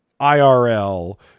IRL